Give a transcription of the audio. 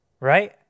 right